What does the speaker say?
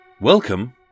Welcome